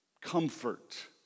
Comfort